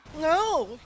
No